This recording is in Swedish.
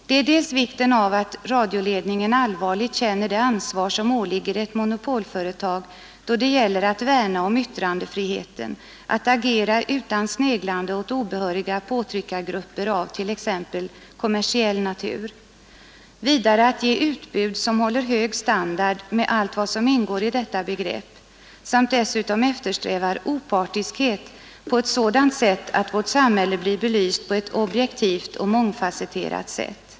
Det är dels vikten av att radioledningen allvarligt känner det ansvar, som åligger ett monopolföretag då det gäller att värna om yttrandefriheten: att agera utan sneglande åt obehöriga påtryckargrupper av t.ex. kommersiell natur, vidare att ge utbud, som håller hög standard med allt vad som ingår i detta begrepp samt dessutom eftersträva opartiskhet på ett sådant sätt, att vårt samhälle blir belyst på ett objektivt och mångfasetterat sätt.